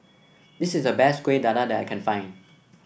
this is the best Kueh Dadar that I can find